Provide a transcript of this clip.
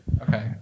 Okay